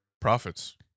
profits